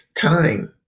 time